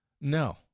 No